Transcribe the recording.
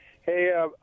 Hey